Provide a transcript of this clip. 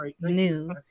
new